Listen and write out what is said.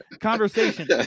conversation